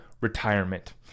retirement